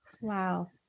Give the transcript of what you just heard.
Wow